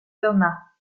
burma